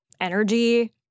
energy